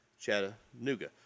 Chattanooga